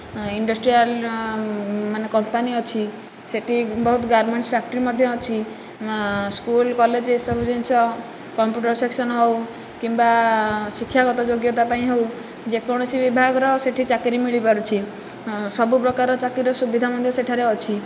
industrial ମାନେ company ଅଛି ସେ'ଠି ବହୁତ ଗାର୍ମେଣ୍ଟସ ଫାକ୍ଟ୍ରି ମଧ୍ୟ ଅଛି ସ୍କୁଲ କଲେଜ ଏ ସବୁ ଜିନିଷ କମ୍ପୁଟର ସେକ୍ସନ ହେଉ କିମ୍ବା ଶିକ୍ଷାଗତ ଯୋଗ୍ୟତା ପାଇଁ ହେଉ ଯେକୌଣସି ବିଭାଗର ସେ'ଠି ଚାକିରୀ ମିଳିପାରୁଛି ସବୁ ପ୍ରକାରର ଚାକିରିର ସୁବିଧା ମଧ୍ୟ ସେଠାରେ ଅଛି